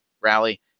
rally